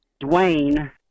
Dwayne